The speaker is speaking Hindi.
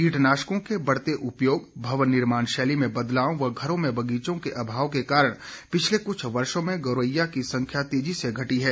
कीटनाशकों के बढते उपयोग भवन निर्माण शैली में बदलाव व घरों में बगीचों के अभाव के कारण पिछले क्छ वर्षों में गौरया की संख्या तेजी से घटी है